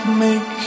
make